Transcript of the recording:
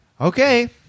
okay